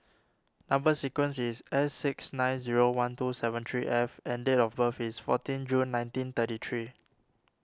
Number Sequence is S six nine zero one two seven three F and date of birth is fourteen June nineteen thirty three